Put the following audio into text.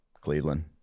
Cleveland